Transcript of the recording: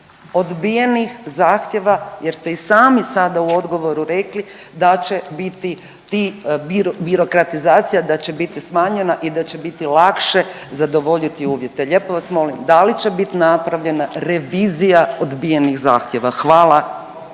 odbijenih zahtjeva jer ste i sami sada u odgovoru rekli da će biti ti, birokratizacija da će biti smanjena i da će biti lakše zadovoljiti uvjete. Lijepo vas molim da li će biti napravljena revizija odbijenih zahtjeva? Hvala.